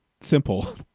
simple